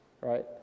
Right